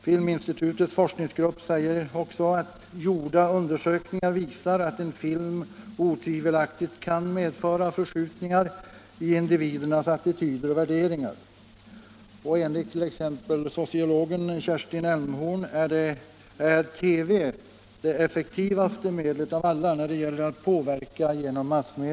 Filminstitutets forskningsgrupp säger också att gjorda undersökningar visar att en film otvivelaktigt kan medföra förskjutningar i individernas attityder och värderingar. Och enligt t.ex. sociologen Kerstin Elmhorn är TV det effektivaste medlet av alla massmedia när det gäller påverkan.